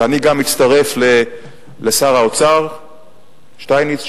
ואני גם מצטרף לשר האוצר שטייניץ,